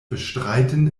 bestreiten